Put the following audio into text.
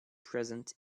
present